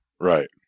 Right